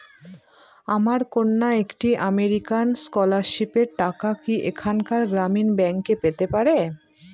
আমার কন্যা একটি আমেরিকান স্কলারশিপের টাকা কি এখানকার গ্রামীণ ব্যাংকে পেতে পারে?